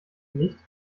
nicht